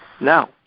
Now